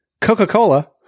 coca-cola